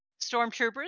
Stormtroopers